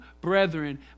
brethren